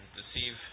deceive